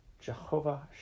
Jehovah